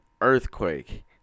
earthquake